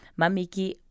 Mamiki